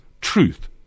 truth